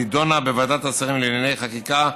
נדונה בוועדת השרים לענייני חקיקה,